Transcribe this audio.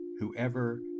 whoever